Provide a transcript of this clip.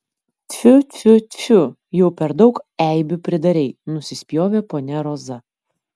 tfiu tfiu tfiu jau per daug eibių pridarei nusispjovė ponia roza